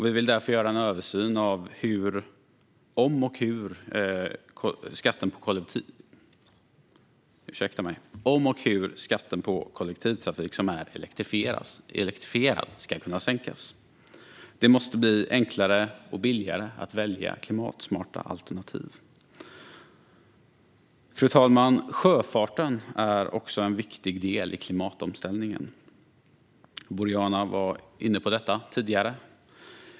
Vi vill därför göra en översyn av om och hur skatten på kollektivtrafik som är elektrifierad ska kunna sänkas. Det måste bli enklare och billigare att välja klimatsmarta alternativ. Fru talman! Sjöfarten är en viktig del i klimatomställningen, som Boriana var inne på tidigare.